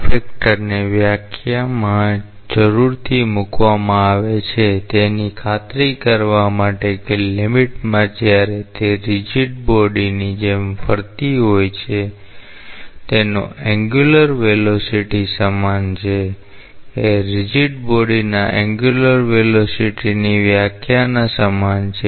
factor ને વ્યાખ્યામાં જરૂરથી મૂકવામાં આવે છે તેની ખાતરી કરવા માટે કે લીમીટમાં જ્યારે તે રીજીડ બોડીની જેમ ફરતી હોય તેનો એન્ગ્યુલર વેલોસીટી સમાન છે એ રીજીડ બોડીના એન્ગ્યુલર વેલોસીટીની વ્યાખ્યા ના સમાન છે